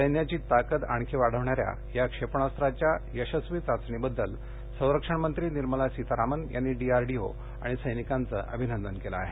सैन्याची ताकद आणखी वाढवणाऱ्या या क्षेपणास्त्राच्या यशस्वीचाचणीबद्दल संरक्षण मंत्री निर्मला सीतारामन यांनी डीआरडीओ आणि सैनिकांच अभिनंदन केलं आहे